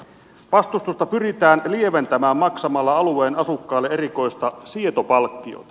vastustusta pyritään lieventämään maksamalla alueen asukkaille erikoista sietopalkkiota